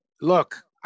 Look